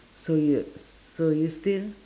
so you so you still